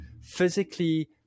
physically